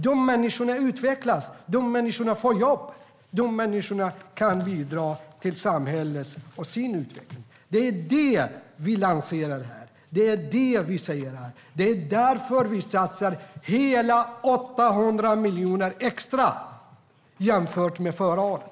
De människorna utvecklas. De människorna får jobb, och de människorna kan bidra till samhällets och sin egen utveckling. Det är det vi lanserar här. Det är det vi säger här. Det är därför vi satsar hela 800 miljoner extra jämfört med förra året.